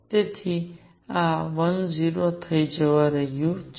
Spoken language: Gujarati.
તેથી આ 10 થવા જઈ રહ્યું છે